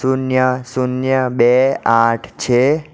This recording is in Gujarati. શૂન્ય શૂન્ય બે આઠ છે